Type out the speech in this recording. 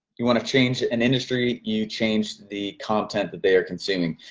you wanna change an industry, you change the content that they are consuming,